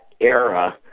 era